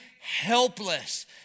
helpless